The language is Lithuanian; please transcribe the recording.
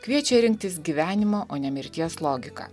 kviečia rinktis gyvenimo o ne mirties logiką